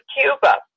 Cuba